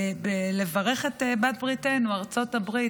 בלברך את בעלת בריתנו, ארצות הברית.